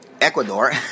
Ecuador